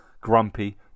grumpy